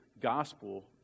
gospel